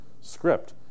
script